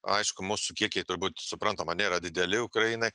aišku mūsų kiekiai turbūt suprantama nėra dideli ukrainai